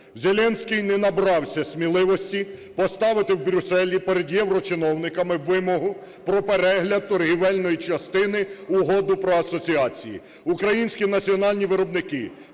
Зеленський не набрався сміливості поставити в Брюсселі перед єврочиновниками вимогу про перегляд торгівельної частини Угоди про асоціацію. Українські національні виробники